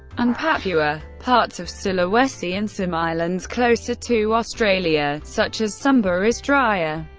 and papua. parts of sulawesi and some islands closer to australia, such as sumba is drier.